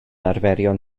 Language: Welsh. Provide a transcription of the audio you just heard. arferion